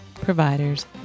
providers